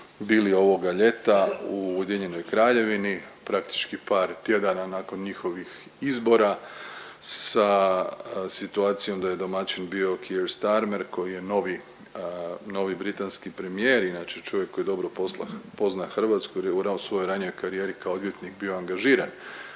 bili ovoga ljeta u Ujedinjenoj Kraljevini, praktički par tjedana nakon njihovih izbora sa situacijom da je domaćin bio Keir Starmer koji je novi, novi britanski premijer, inače čovjek koji dobro poznaje Hrvatsku jer je u svojoj ranijoj karijeri kao odvjetnik bio angažiran